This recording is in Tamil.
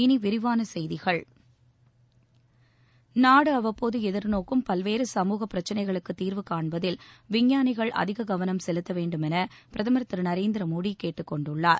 இனி விரிவான செய்திகள் நாடு அவ்வப்போது எதிர்நோக்கும் பல்வேறு சமூக பிரச்சனைகளுக்குத் தீர்வு காண்பதில் விஞ்ஞானிகள் அதிக கவனம் செலுத்த வேண்டும் என பிரதமர் திரு நரேந்திர மோடி கேட்டுக் கொண்டுள்ளார்